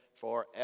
forever